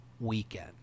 weekend